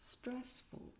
Stressful